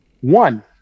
One